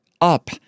up